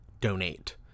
donate